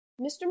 Mr